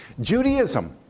Judaism